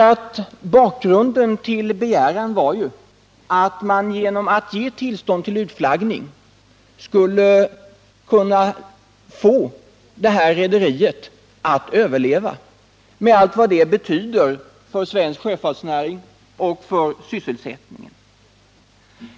Bakgrunden till begäran var att man genom att ge tillstånd till utflaggning skulle kunna få det berörda rederiet att överleva med allt vad det betyder för den svenska sjöfartsnäringen och för sysselsättningen.